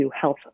Health